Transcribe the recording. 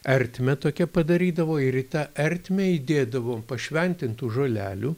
ertmę tokią padarydavo ir į tą ertmę įdėdavo pašventintų žolelių